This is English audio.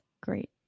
great